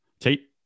Tate